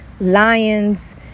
lions